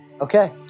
Okay